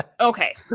okay